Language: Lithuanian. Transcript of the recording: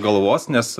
galvos nes